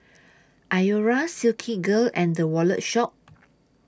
Iora Silkygirl and The Wallet Shop